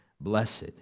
Blessed